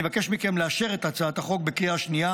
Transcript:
אני מבקש מכם לאשר את הצעת החוק בקריאה השנייה